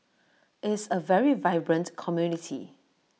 is A very vibrant community